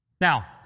Now